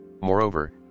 Moreover